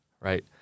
right